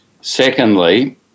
Secondly